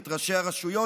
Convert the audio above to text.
את ראשי הרשויות,